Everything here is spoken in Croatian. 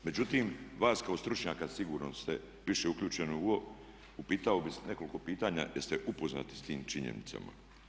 Međutim, vas kao stručnjaka, sigurno ste više uključeni u ovo, upitao bi nekoliko pitanja jer ste upoznati s tim činjenicama.